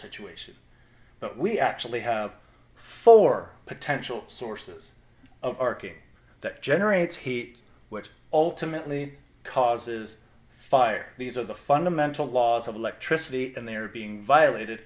situation but we actually have four potential sources of archy that generates heat which ultimately causes fire these are the fundamental laws of electricity and they are being violated